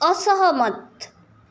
असहमत